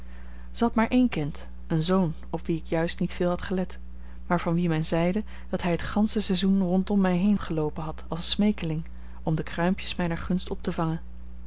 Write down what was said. had maar een kind een zoon op wien ik juist niet veel had gelet maar van wien men mij zeide dat hij het gansche seizoen rondom mij heen geloopen had als smeekeling om de kruimpjes mijner gunst op te vangen